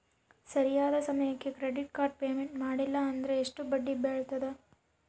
ಸರಿಯಾದ ಸಮಯಕ್ಕೆ credit card payment ಮಾಡಲಿಲ್ಲ ಅಂದ್ರೆ ಎಷ್ಟು ಬಡ್ಡಿ ಬೇಳ್ತದ?